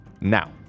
now